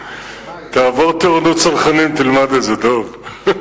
תעבור טירונות צנחנים, תלמד את זה, דב.